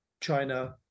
China